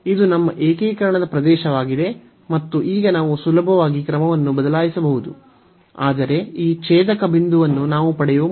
ಇದು ನಮ್ಮ ಏಕೀಕರಣದ ಪ್ರದೇಶವಾಗಿದೆ ಮತ್ತು ಈಗ ನಾವು ಸುಲಭವಾಗಿ ಕ್ರಮವನ್ನು ಬದಲಾಯಿಸಬಹುದು ಆದರೆ ಈ ಛೇದಕ ಬಿಂದುವನ್ನು ನಾವು ಪಡೆಯುವ ಮೊದಲು